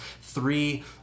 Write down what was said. three